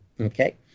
Okay